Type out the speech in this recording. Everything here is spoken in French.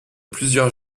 plusieurs